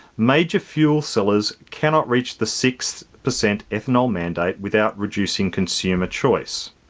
major fuel sellers cannot reach the six percent ethanol mandate without reducing consumer choice.